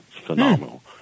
phenomenal